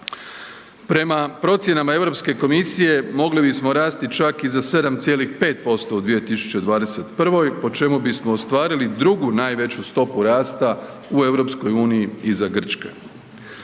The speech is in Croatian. Prema procjenama EU komisije, mogli bismo rasti čak i za 7,5% u 2021. po čemu bismo ostvarili drugu najveću stopu rasta u EU iza Grčke.